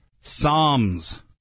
Psalms